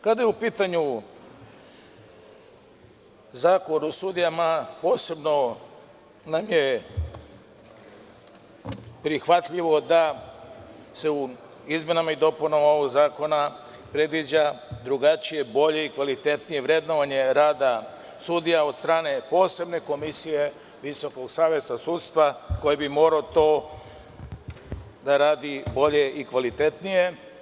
Kada je u pitanju Zakon o sudijama, posebno je manje prihvatljivo da se u izmenama i dopunama ovog zakona predviđa drugačije, bolje i kvalitetnije vrednovanje rada sudija od strane posebne komisije Visokog saveta sudstva, koje bi morao to da radi bolje i kvalitetnije.